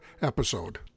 episode